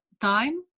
time